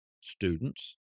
students